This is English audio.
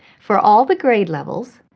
for all the grade levels,